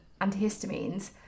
antihistamines